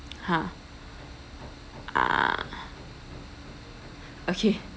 !huh! ah okay